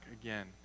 again